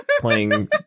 playing